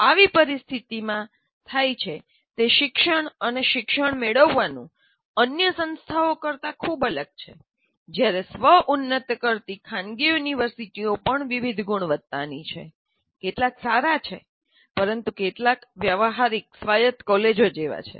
આવી પરિસ્થિતિમાં થાય છે તે શિક્ષણ અને શિક્ષણ મેળવવાનું અન્ય સંસ્થાઓ કરતા ખૂબ અલગ છે જ્યારે સ્વ ઉન્નત કરતી ખાનગી યુનિવર્સિટીઓ પણ વિવિધ ગુણવત્તાની છે કેટલાક સારા છે પરંતુ કેટલાક વ્યવહારીક સ્વાયત્ત કોલેજો જેવા છે